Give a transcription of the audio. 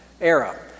era